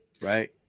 Right